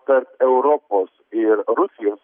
kad europos ir rusijos